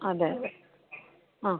അതെ അതെ ആ